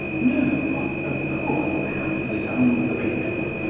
no a poor man who is ungrateful,